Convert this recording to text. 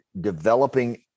developing